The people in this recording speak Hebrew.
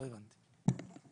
לא הבנתי.